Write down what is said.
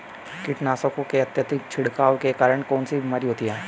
कीटनाशकों के अत्यधिक छिड़काव के कारण कौन सी बीमारी होती है?